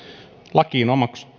lakiin